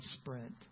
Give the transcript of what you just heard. sprint